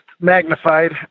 magnified